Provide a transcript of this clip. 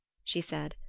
she said.